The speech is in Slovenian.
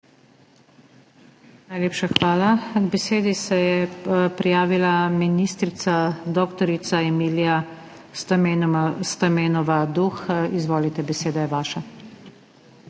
Najlepša hvala. K besedi se je prijavila ministrica dr. Emilija Stojmenova Duh. Izvolite, beseda je vaša.